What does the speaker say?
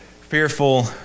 fearful